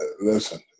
Listen